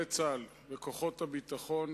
לחיילי צה"ל וכוחות הביטחון